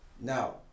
Now